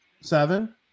seven